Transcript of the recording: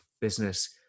business